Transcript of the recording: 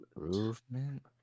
Improvement